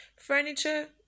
Furniture